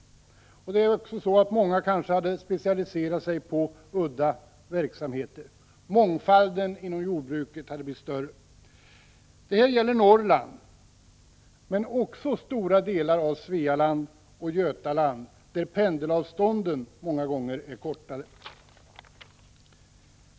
Många hade kanske också specialiserat sig på udda verksamheter — mångfalden inom jordbruket hade blivit större. Det här gäller Norrland men också stora delar av Svealand och Götaland, där pendelavstånden många gånger är kortare.